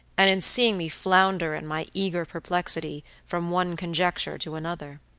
and in seeing me flounder in my eager perplexity, from one conjecture to another.